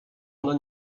ona